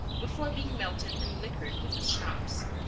before being melted and liquored with the schnapps.